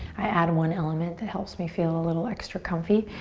i add one element that helps me feel a little extra comfy.